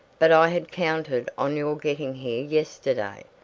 but i had counted on your getting here yesterday.